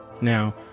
Now